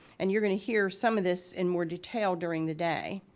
and you're going to hear some of this in more detail during the day,